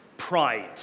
Pride